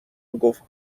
گفت